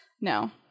No